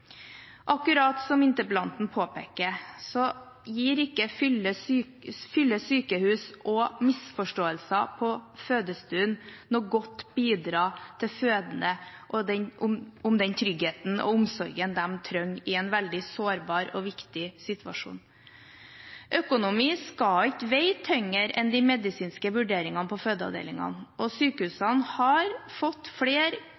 Akkurat som interpellanten påpeker, gir ikke fulle sykehus og misforståelser på fødestuen noe godt bidrag til fødende når det gjelder den tryggheten og omsorgen de trenger i en veldig sårbar og viktig situasjon. Økonomi skal ikke veie tyngre enn de medisinske vurderingene på fødeavdelingene, og sykehusene har fått flere